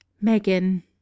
Megan